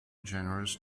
generous